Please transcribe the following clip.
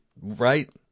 right